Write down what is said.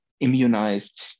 Immunized